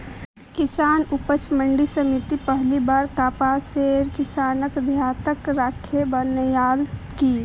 कृषि उपज मंडी समिति पहली बार कपासेर किसानक ध्यानत राखे बनैयाल की